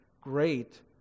great